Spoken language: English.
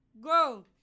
go